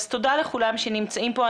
אז תודה לכולם שנמצאים פה.